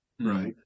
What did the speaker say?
right